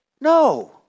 No